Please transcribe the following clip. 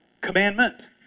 commandment